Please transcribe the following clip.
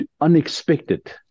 unexpected